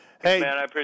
Hey